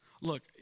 Look